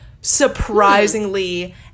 surprisingly